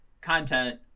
content